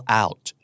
out